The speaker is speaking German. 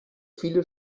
viele